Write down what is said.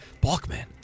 Bachman